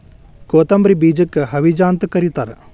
ಕೊತ್ತಂಬ್ರಿ ಬೇಜಕ್ಕ ಹವಿಜಾ ಅಂತ ಕರಿತಾರ